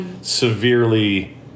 severely